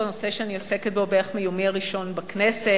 נושא שאני עוסקת בו בערך מיומי הראשון בכנסת,